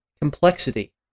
complexity